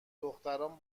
دختران